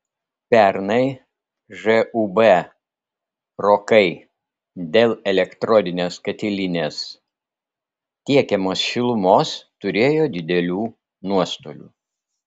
pernai žūb rokai dėl elektrodinės katilinės tiekiamos šilumos turėjo didelių nuostolių